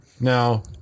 now